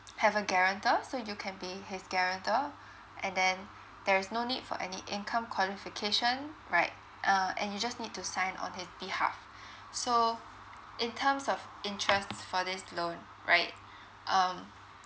have a guarantor so you can be his guarantor and then there is no need for any income qualification right uh and you just need to sign on his behalf so in terms of interest for this loan right um